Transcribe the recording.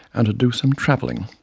and to do some travelling.